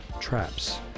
Traps